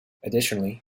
additionally